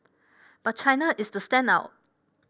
but China is the standout